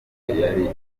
yari